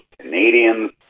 Canadians